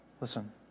Listen